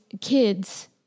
kids